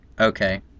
Okay